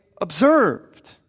observed